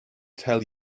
tell